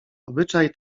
obyczaj